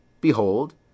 behold